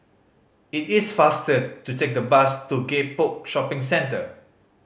it is faster to take the bus to Gek Poh Shopping Centre